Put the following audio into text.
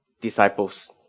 disciples